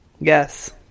Yes